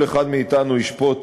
כל אחד מאתנו ישפוט